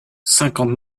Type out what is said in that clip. cinquante